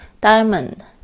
diamond